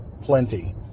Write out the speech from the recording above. plenty